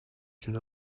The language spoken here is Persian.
جون